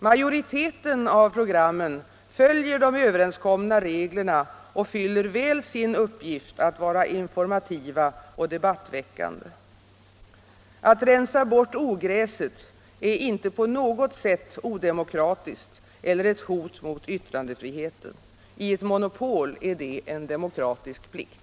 Majoriteten av programmen följer de överenskomna reglerna och fyller väl sin uppgift att vara informativa och debattväckande. Att rensa bort ogräset är inte på något sätt odemokratiskt eller ett hot mot yttrandefriheten — i ett monopol är det en demokratisk plikt.